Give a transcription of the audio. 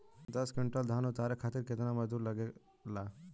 दस क्विंटल धान उतारे खातिर कितना मजदूरी लगे ला?